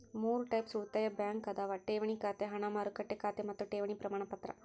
ಮೂರ್ ಟೈಪ್ಸ್ ಉಳಿತಾಯ ಬ್ಯಾಂಕ್ ಅದಾವ ಠೇವಣಿ ಖಾತೆ ಹಣ ಮಾರುಕಟ್ಟೆ ಖಾತೆ ಮತ್ತ ಠೇವಣಿ ಪ್ರಮಾಣಪತ್ರ